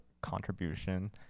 contribution